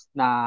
na